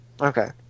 okay